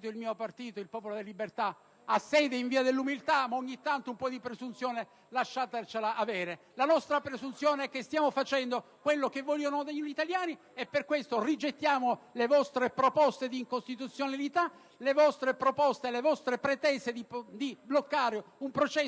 facezie: il Popolo della Libertà ha sede in Via dell'Umiltà, ma ogni tanto un po' di presunzione lasciatecela avere! La nostra presunzione è che stiamo facendo quello che vogliono gli italiani. Per questo rigettiamo le vostre proposte di incostituzionalità, le vostre pretese di bloccare un processo